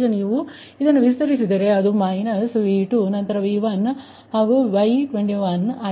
ಈಗ ನೀವು ಇದನ್ನು ವಿಸ್ತರಿಸಿದರೆ ಅದು ಮೈನಸ್ V2 ನಂತರ V1 ನಂತರ Y21 ನಂತರ